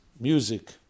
music